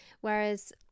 Whereas